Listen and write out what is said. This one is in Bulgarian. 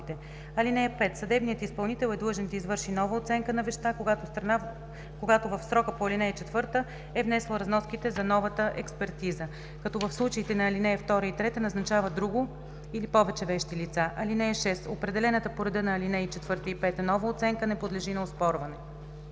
(5) Съдебният изпълнител е длъжен да извърши нова оценка на вещта, когато страната в срока по ал. 4 е внесла разноските за новата експертиза, като в случаите на ал. 2 и 3 назначава друго или повече вещи лица. (6) Определената по реда на ал. 4 и 5 нова оценка не подлежи на оспорване.“